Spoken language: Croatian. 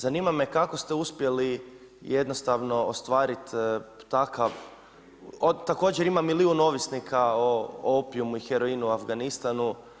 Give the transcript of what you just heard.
Zanima me kako ste uspjeli jednostavno ostvariti takav, također ima milijun ovisnika o opijumu i heroinu u Afganistanu.